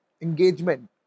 engagement